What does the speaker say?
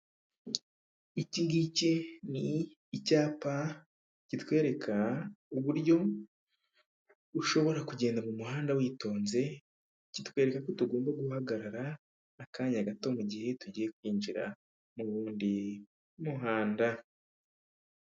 Iki ngiki ni icyapa kitwereka uburyo ushobora kugenda mu muhanda witonze ,kitwereka ko tugomba guhagarara akanya gato mugihe tugiye kwinjira mu wundi muhanda.